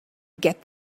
get